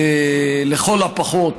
לכל הפחות,